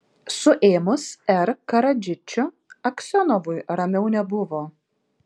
suėmus r karadžičių aksionovui ramiau nebuvo